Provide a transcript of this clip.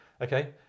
Okay